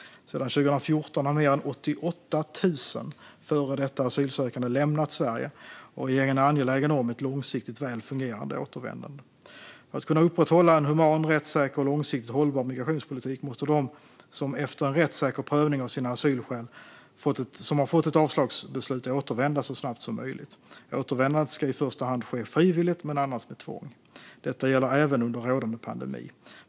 Sedan 2014 har fler än 88 000 före detta asylsökande lämnat Sverige, och regeringen är angelägen om ett långsiktigt väl fungerande återvändande. För att kunna upprätthålla en human, rättssäker och långsiktigt hållbar migrationspolitik måste de som efter en rättssäker prövning av sina asylskäl fått ett avslagsbeslut återvända så snabbt som möjligt. Återvändandet ska i första hand ske frivilligt, men annars med tvång. Detta gäller även under rådande pandemi.